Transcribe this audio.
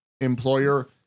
employer